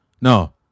No